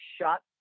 shot